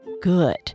Good